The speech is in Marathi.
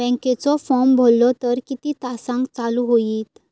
बँकेचो फार्म भरलो तर किती तासाक चालू होईत?